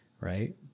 right